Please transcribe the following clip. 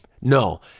No